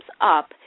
up